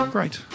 Great